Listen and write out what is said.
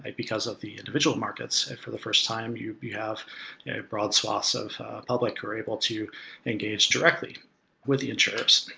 because of the individual markets for the first time, you you have a broad swaths of the public who are able to engage directly with the insurer.